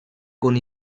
con